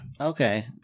Okay